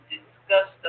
discuss